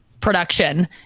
production